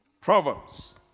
Proverbs